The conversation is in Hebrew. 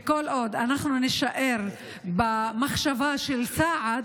כל עוד אנחנו נישאר במחשבה של סעד,